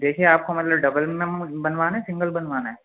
دیکھیے آپ کو مطلب ڈبل میں بنوانا ہے سنگل بنوانا ہے